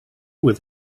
with